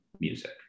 music